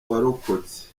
warokotse